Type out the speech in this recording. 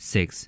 Six